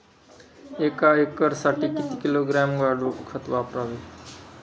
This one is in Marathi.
एक एकरसाठी किती किलोग्रॅम गांडूळ खत वापरावे?